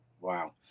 Wow